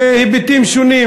בהיבטים שונים.